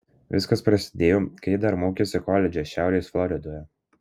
viskas prasidėjo kai ji dar mokėsi koledže šiaurės floridoje